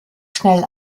schnell